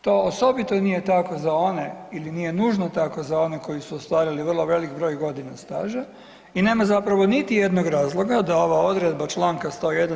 To osobito nije tako za one ili nije nužno tako za one koji su ostvarili vrlo velik broj godina staža i nema zapravo niti jednog razloga da ova odredba Članka 101.